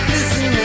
Listen